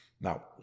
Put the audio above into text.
Now